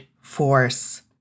force